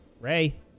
Ray